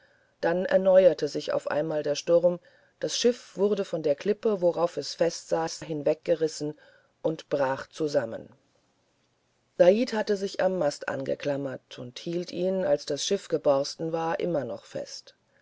dann erneuerte sich auf einmal der sturm das schiff wurde von der klippe worauf es festsaß hinweggerissen und brach zusammen said hatte sich am mast angeklammert und hielt ihn als das schiff geborsten war noch immer fest